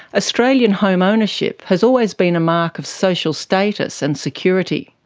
australian home ownership has always been a mark of social status and security,